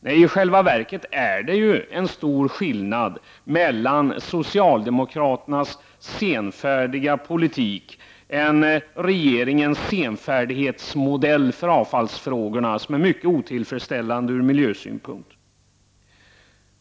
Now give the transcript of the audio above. Nej, i själva verket är det ju stor skillnad mellan reservanternas förslag och socialdemokraternas senfärdiga politik, en regeringens senfärdighetsmodell för avfallsfrågorna, som är mycket otillfredsställande från miljösynpunkt.